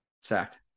sacked